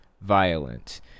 violent